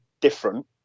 different